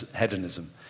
hedonism